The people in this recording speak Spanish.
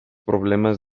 problemas